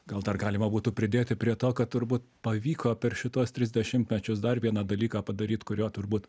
gal dar galima būtų pridėti prie to kad turbūt pavyko per šituos tris dešimtmečius dar vieną dalyką padaryt kurio turbūt